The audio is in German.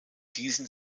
diesen